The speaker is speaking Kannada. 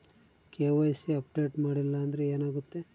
ಕೆ.ವೈ.ಸಿ ಅಪ್ಡೇಟ್ ಮಾಡಿಲ್ಲ ಅಂದ್ರೆ ಏನಾಗುತ್ತೆ?